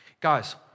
Guys